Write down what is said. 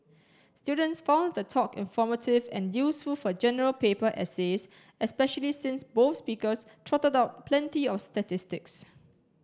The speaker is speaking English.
students found the talk informative and useful for General Paper essays especially since both speakers trotted out plenty of statistics